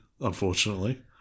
unfortunately